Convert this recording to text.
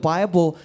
Bible